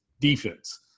defense